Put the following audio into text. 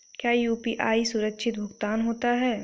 क्या यू.पी.आई सुरक्षित भुगतान होता है?